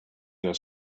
their